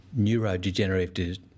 neurodegenerative